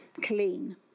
clean